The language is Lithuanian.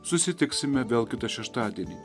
susitiksime vėl kitą šeštadienį